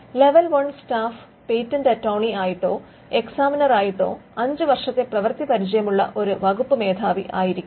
level one staff patent attorney ആയിട്ടോ എക്സാമിനറായിട്ടോ 5 വർഷത്തെ പ്രവ്യത്തി പരിചയമുള്ള ഒരു വകുപ്പ് മേധാവി ആയിരിക്കും